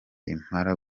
impala